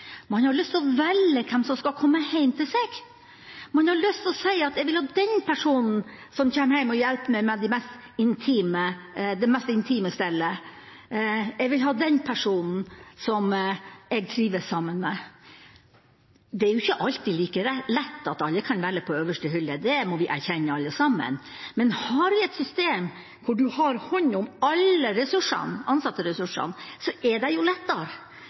Man har lyst til å velge hvem som skal komme hjem til en, man har lyst til å si: Jeg vil ha den personen som kommer hjem og hjelper meg med det mest intime stellet, jeg vil ha den personen som jeg trives sammen med. Det er ikke alltid like lett at alle kan velge på øverste hylle, det må vi erkjenne alle sammen, men hvis vi har et system hvor man har hånd om alle ansattressursene, er det lettere